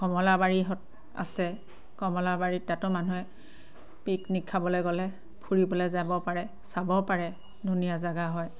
কমলাবাৰী স আছে কমলাবাৰীত তাতো মানুহে পিকনিক খাবলৈ গ'লে ফুৰিবলৈ যাব পাৰে চাব পাৰে ধুনীয়া জেগা হয়